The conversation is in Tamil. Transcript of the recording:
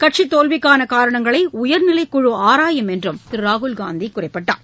கட்சி தோல்விக்கான காரணங்களை உயர்நிலைக்குழு ஆராயும் என்றும் திரு ராகுல்காந்தி குறிப்பிட்டார்